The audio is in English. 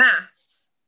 maths